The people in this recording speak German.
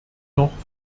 noch